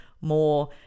more